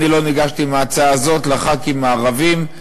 אני לא ניגשתי עם ההצעה הזאת לחברי הכנסת הערבים,